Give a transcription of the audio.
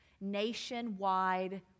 nationwide